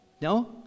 No